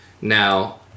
Now